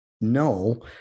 No